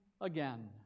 again